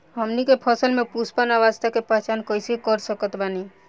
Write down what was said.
हमनी के फसल में पुष्पन अवस्था के पहचान कइसे कर सकत बानी?